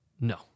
No